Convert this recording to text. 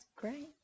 great